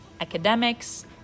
academics